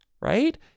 right